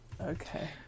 Okay